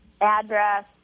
address